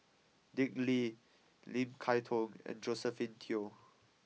Dick Lee Lim Kay Tong and Josephine Teo